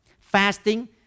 Fasting